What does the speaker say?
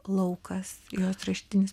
laukas jos raštinis